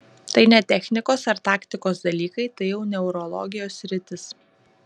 tai ne technikos ar taktikos dalykai tai jau neurologijos sritis